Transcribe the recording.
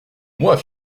moi